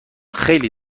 خیلی